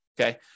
okay